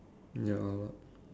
ya I'll look